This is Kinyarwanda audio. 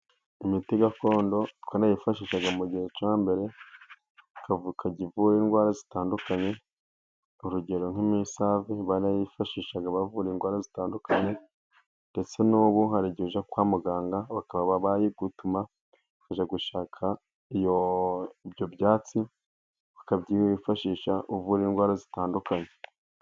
Imiti gakondo twarayifashishaga mu gihe cyo hambere nka voka ijya ivura indwara zitandukanye, urugero nk'imisave barayifashishaga bavura indwara zitandukanye, ndetse n'ubu hari igihe ujya kwa muganga bakaba bayigutuma, ukajya gushaka ibyo byatsi, bakabyifashisha uvura indwara zitandukanye.